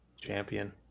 Champion